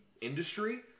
industry